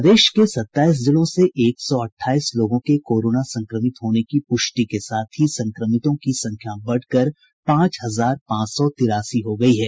प्रदेश के सत्ताईस जिलों से एक सौ अट्ठाईस लोगों के कोरोना संक्रमित होने की पृष्टि के साथ ही संक्रमितों की संख्या बढ़कर पांच हजार पांच सौ तिरासी हो गई है